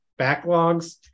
backlogs